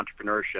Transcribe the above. entrepreneurship